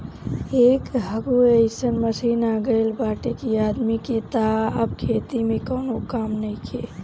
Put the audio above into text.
एकहगो अइसन मशीन आ गईल बाटे कि आदमी के तअ अब खेती में कवनो कामे नइखे